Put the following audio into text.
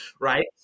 right